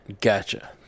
Gotcha